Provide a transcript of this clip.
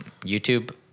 YouTube